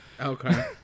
Okay